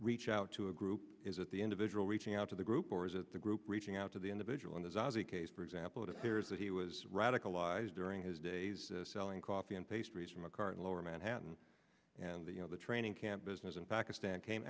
reach out to a group is it the individual reaching out to the group or is it the group reaching out to the individual in the zazi case for example it appears that he was radicalized during his days selling coffee and pastries from a car in lower manhattan and the you know the training camp business in pakistan came